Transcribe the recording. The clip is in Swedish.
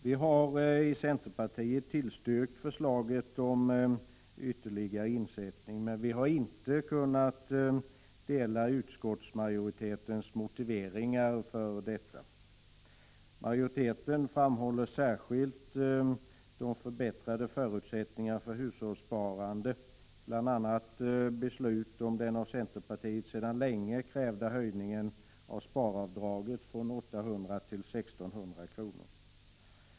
Vi har i centerpartiet tillstyrkt förslaget om ytterligare insättning, men vi har inte kunnat instämma i utskottsmajoritetens motiveringar för detta. Majoriteten framhåller särskilt de förbättrade förutsättningarna för hushållssparande, bl.a. beslut om den av centerpartiet sedan länge krävda höjningen av sparavdraget från 800 till 1 600 kr.